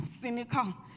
cynical